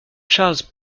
charles